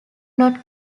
not